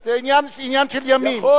זה עניין של ימים.